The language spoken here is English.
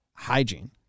Hygiene